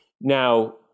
Now